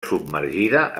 submergida